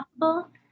possible